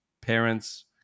parents